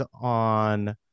on